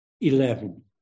Eleven